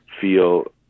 feel